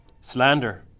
Slander